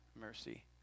mercy